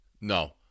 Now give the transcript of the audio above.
No